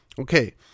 Okay